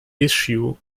issue